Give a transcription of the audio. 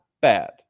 bad